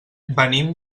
venim